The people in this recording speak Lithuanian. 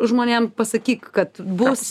žmonėm pasakyk kad bus